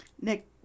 Nick